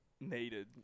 needed